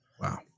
Wow